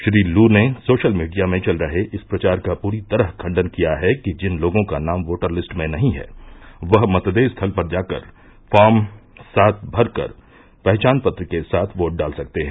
श्री लू ने social media में चल रहे इस प्रचार का पूरी तरह खंडन किया है कि जिन लोगों का नाम वोटर लिस्ट में नहीं है वह मतदेय स्थल पर जाकर फार्म सात भरकर पहचान पत्र के साथ वोट डाल सकते हैं